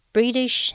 British